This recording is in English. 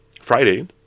Friday